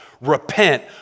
Repent